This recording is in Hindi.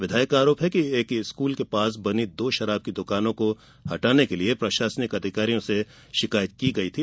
विधायक का आरोप है कि एक स्कूल के पास बनी दो शराब की दुकानों को हटाने के लिये प्रशासनिक अधिकारियों से शिकायत की गई थी